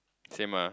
same ah